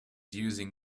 using